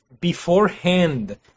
beforehand